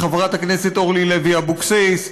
לחברת הכנסת אורלי לוי אבקסיס,